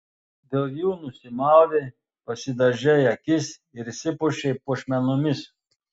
dėl jų nusimaudei pasidažei akis ir išsipuošei puošmenomis